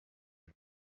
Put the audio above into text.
him